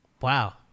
Wow